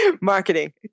marketing